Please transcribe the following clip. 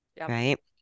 Right